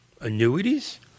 Annuities